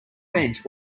bench